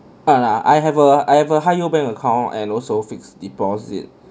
and ah I have a I have a high yield bank account and also fixed deposit